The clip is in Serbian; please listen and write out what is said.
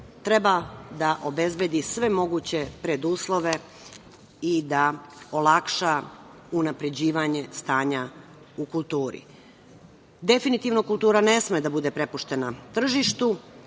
treba da obezbedi sve moguće preduslove i da olakša unapređivanje stanja u kulturi. Definitivno, kultura ne sme da bude prepuštena tržištu.